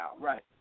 Right